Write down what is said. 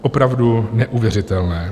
Opravdu neuvěřitelné.